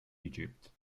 egypt